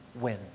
win